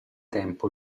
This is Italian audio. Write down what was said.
tempo